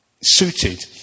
suited